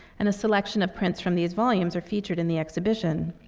and a selection of prints from these volumes are featured in the exhibition.